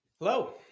Hello